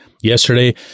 yesterday